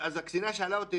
הקצינה שאלה אותי